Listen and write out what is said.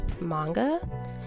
manga